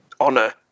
honor